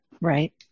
Right